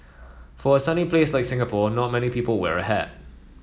for a sunny place like Singapore not many people wear a hat